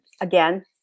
again